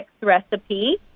recipe